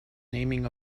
naming